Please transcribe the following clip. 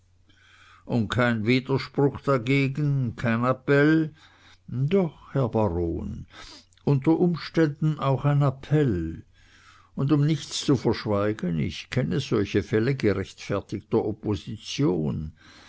und kein widerspruch dagegen kein appell doch herr baron unter umständen auch ein appell und um nichts zu verschweigen ich kenne solche fälle gerechtfertigter opposition